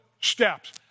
steps